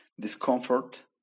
discomfort